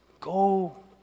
Go